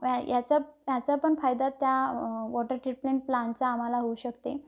याचा ह्याचा पण फायदा त्या वॉटर ट्रीटमेंट प्लानचा आम्हाला होऊ शकते